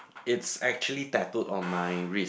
it's actually tattooed on my wrist